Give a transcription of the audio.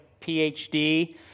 PhD